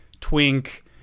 twink